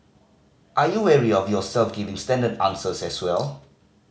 are you wary of yourself giving standard answers as well